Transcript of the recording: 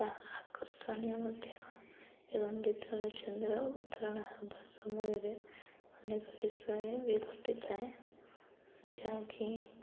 ତାହା ଆକର୍ଷଣୀୟ ମଧ୍ୟ ଏବଂ ଯେତେବେଳେ ଚନ୍ଦ୍ର ଉତ୍ତରଣ ହେବା ସମୟରେ ଅନେକ ବିଷୟ ବି ଘଟିଥାଏ ଯାହାକି